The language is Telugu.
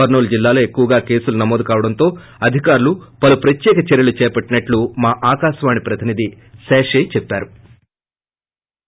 కర్నూల్ జిల్లాలో ఎక్కువగా కేసులు నమోదు కావడంతో అధికారులు పలు ప్రత్యేక చర్యలు చేపట్టారని మా ఆకాశవాణి ప్రతినిధి శేషయ్య చెప్పారు